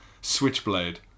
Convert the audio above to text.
switchblade